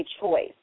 choice